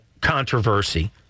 controversy